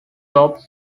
topped